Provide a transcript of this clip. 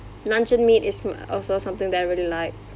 luncheon meat is also something that I really like